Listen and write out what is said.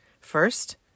First